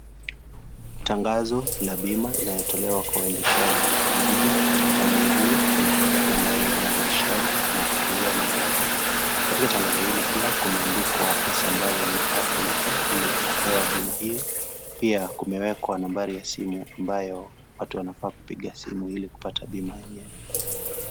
Tangazo la bima inayotolewa kwa waendeshaji piki piki. Katika tangazo hili, kuna pikipiki ambayo ina mwendeshaji na abiria nyuma yake. Katika tangazo hili pia, kumeandikwa pesa ambazo zinafaa kulipwa ili kupewa bima hiyo. Pia kumewekwa nambari ya simu ambayo watu wanafaa kupiga simu ili kupata bima yenyewe.